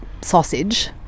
sausage